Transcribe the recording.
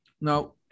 Now